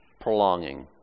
prolonging